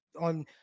on